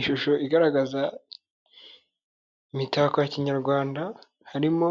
Ishusho igaragaza imitako ya kinyarwanda harimo: